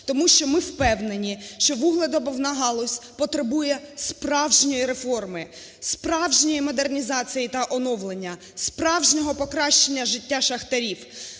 Тому що ми впевнені, що вугледобувна галузь потребує справжньої реформи, справжньої модернізації та оновлення, справжнього покращення життя шахтарів.